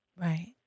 Right